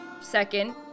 Second